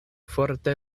forte